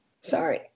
sorry